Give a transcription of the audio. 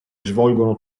svolgono